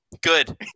Good